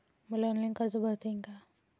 मले ऑनलाईन कर्ज भरता येईन का?